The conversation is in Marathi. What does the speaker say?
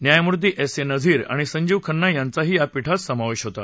न्यायमूर्ती ऊ िनझीर आणि संजीव खन्ना यांचाही या पीठात समावेश होता